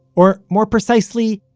or, more precisely,